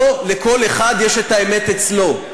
לא לכל אחד יש את האמת אצלו.